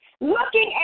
looking